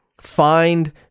find